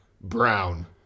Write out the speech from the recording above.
brown